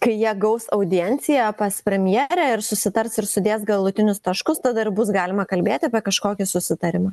kai jie gaus audienciją pas premjerę ir susitars ir sudės galutinius taškus tada ir bus galima kalbėti apie kažkokį susitarimą